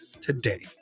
today